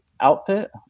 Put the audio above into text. outfit